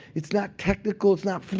it's not technical. it's not